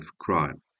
crime